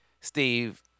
Steve –